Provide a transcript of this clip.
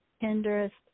tenderest